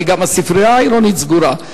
כי גם הספרייה העירונית סגורה.